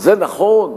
זה נכון?